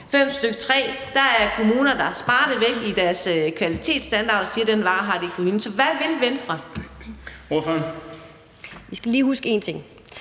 95, stk. 3, er der kommuner, der sparer det væk i deres kvalitetsstandard, og siger, at den vare har de ikke på hylden. Så hvad vil Venstre? Kl. 19:52 Den fg.